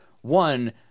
one